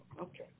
Okay